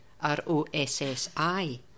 R-O-S-S-I